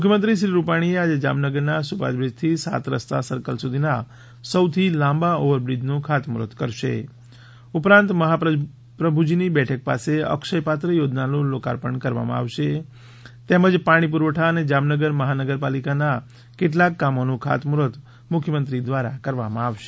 મુખ્યમંત્રીશ્રી રૂપાણી આજે જામનગરના સુભાષબ્રિજથી સાત રસ્તા સર્કલ સુધીના સૌથી લાંબા ઓવરબ્રિજનું ખાતમુહૂર્ત કરશે ઉપરાંત મહાપ્રભુજીની બેઠક પાસે અક્ષયપાત્ર યોજનાનુ લોકાર્પણ કરવામાં આવશે તેમજ પાણી પુરવઠા અને જામનગર મહાનગરપાલિકાના કેટલાક કામોનું ખાતમુહ્ર્ત મુખ્યમંત્રી દ્વારા કરવામાં આવશે